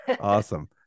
awesome